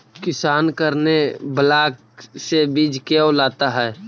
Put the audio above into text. किसान करने ब्लाक से बीज क्यों लाता है?